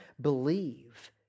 believe